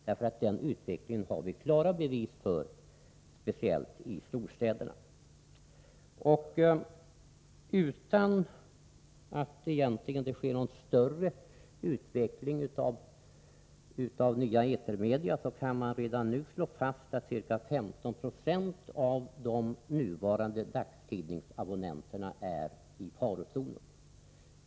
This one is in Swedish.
Den utvecklingen har vi klara bevis för, speciellt i storstäderna. Man kan redan nu slå fast att ca 15 26 av de nuvarande dagstidningsabonnenterna är i farozonen, utan att detta egentligen kommer att leda till någon större utveckling av nya etermedia.